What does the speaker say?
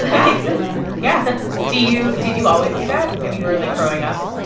that makes sense yeah. do you did you always do that when you were, like, growing up?